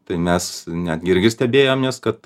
tai mes netgi irgi stebėjomės kad